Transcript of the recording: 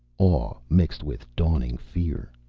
awe mixed with dawning fear.